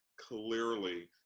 clearly